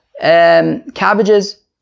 cabbages